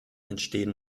entstehen